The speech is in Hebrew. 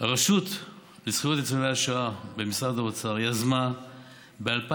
הרשות לזכויות ניצולי השואה במשרד האוצר יזמה ב-2013